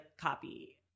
copy